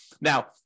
Now